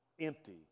empty